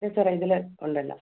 ഇത് സാറേ ഇതിൽ ഉണ്ട് എല്ലാം